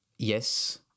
Yes